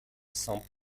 saint